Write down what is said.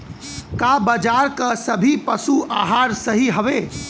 का बाजार क सभी पशु आहार सही हवें?